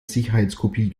sicherheitskopie